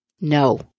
No